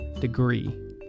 degree